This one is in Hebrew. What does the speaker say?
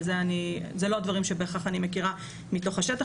זה לא הדברים שבהכרח אני מכירה מתוך השטח.